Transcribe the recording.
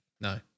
No